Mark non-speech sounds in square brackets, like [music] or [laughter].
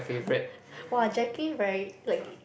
[laughs] !wah! Jacqueline very like